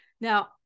now